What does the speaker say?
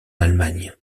allemagne